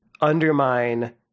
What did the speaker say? undermine